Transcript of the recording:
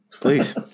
Please